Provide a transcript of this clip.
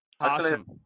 Awesome